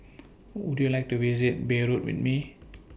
Would YOU like to visit Beirut with Me